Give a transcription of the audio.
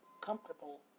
comfortable